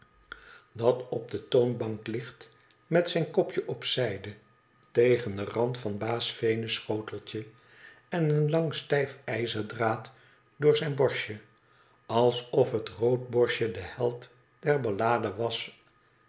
dat op de toonbank ligt met zijn kopje op zijde tegen den rand van baas venus schoteltje en een lang stijf ijzerdraad door zijn borstje alsof het roodborstje de held der ballade was